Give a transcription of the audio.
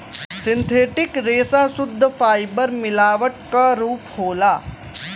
synthetic रेसा सुद्ध fibre के मिलावट क रूप होला